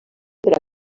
per